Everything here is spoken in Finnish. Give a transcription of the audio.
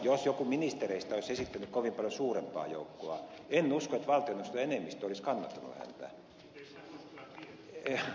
jos joku ministereistä olisi esittänyt kovin paljon suurempaa joukkoa en usko että valtioneuvoston enemmistö olisi kannattanut häntä